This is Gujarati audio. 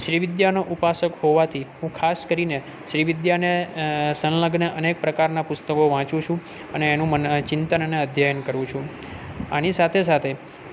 શ્રી વિદ્યાનો ઉપાસક હોવાથી હું ખાસ કરીને શ્રી વિદ્યાને સંલગ્ન અનેક પ્રકારના પુસ્તકો વાંચું છું અને એનું મન ચિંતન અને અધ્યયન કરું છું આની સાથે સાથે